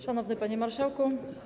Szanowny Panie Marszałku!